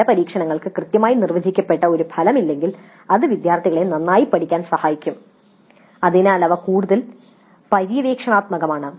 ചില പരീക്ഷണങ്ങൾക്ക് കൃത്യമായി നിർവചിക്കപ്പെട്ട ഒരു ഫലവും ഇല്ലെങ്കിൽ അത് വിദ്യാർത്ഥികളെ നന്നായി പഠിക്കാൻ സഹായിക്കും എന്നാൽ അവ കൂടുതൽ പര്യവേക്ഷണാത്മകമാണ്